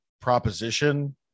proposition